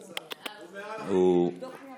סגלוביץ', אצלו זה המלצה, הוא מעל החוק.